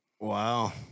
Wow